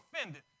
offended